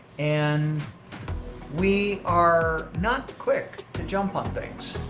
and we are not quick jump on things,